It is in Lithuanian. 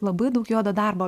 labai daug juodo darbo